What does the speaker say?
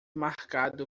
marcado